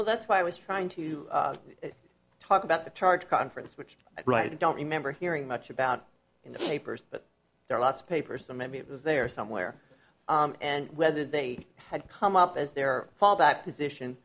well that's why i was trying to talk about the charge conference which right i don't remember hearing much about in the papers but there are lots of papers that maybe it was there somewhere and whether they had come up as their fallback position